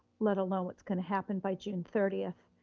let alone what's gonna happen by june thirtieth,